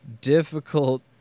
difficult